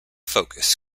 focus